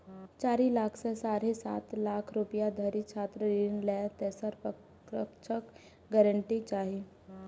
चारि लाख सं साढ़े सात लाख रुपैया धरिक छात्र ऋण लेल तेसर पक्षक गारंटी चाही